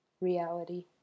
reality